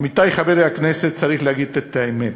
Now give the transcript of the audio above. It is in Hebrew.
עמיתי חברי הכנסת, צריך להגיד את האמת: